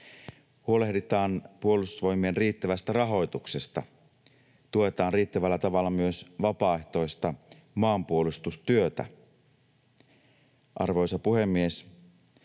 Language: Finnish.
huolehditaan Puolustusvoimien riittävästä rahoituksesta, tuetaan riittävällä tavalla myös vapaaehtoista maanpuolustustyötä. Arvoisa puhemies!